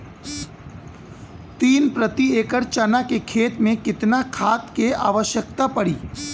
तीन प्रति एकड़ चना के खेत मे कितना खाद क आवश्यकता पड़ी?